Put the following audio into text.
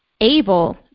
able